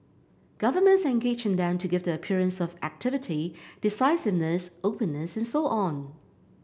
governments engage in them to give the appearance of activity decisiveness openness and so on